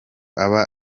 aba